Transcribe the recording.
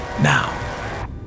now